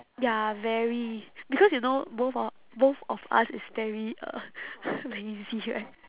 ya very because you know both of both of us is very uh lazy right